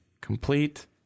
complete